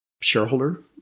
shareholder